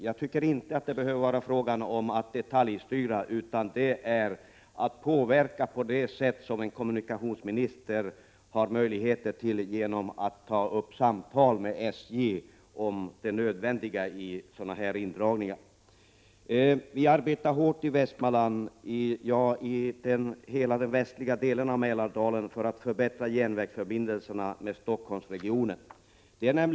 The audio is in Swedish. Det behöver här inte vara fråga om att detaljstyra utan om att påverka på det sätt som en kommunikationsminister har möjligheter till genom att ta upp samtal med SJ när det blir tal om sådana här indragningar. I Västmanland och i hela den västliga delen av Mälardalen arbetar vi hårt för att förbättra järnvägsförbindelserna med Stockholmsregionen.